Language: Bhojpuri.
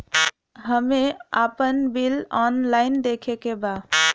हमे आपन बिल ऑनलाइन देखे के बा?